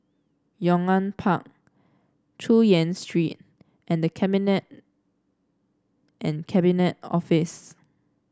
Yong An Park Chu Yen Street and The Cabinet and Cabinet Office